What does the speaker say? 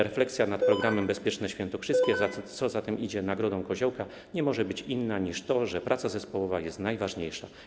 Refleksja nad programem „Bezpieczne świętokrzyskie”, a co za tym idzie nagrodą Koziołka, nie może być inna niż to, że praca zespołowa jest najważniejsza.